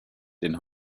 den